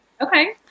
Okay